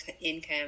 income